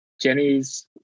Jenny's